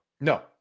No